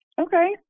Okay